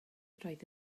roedd